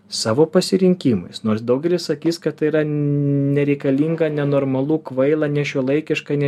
savo pasirinkimais nors daugelis sakys kad tai yra nereikalinga nenormalu kvaila nešiuolaikiška ne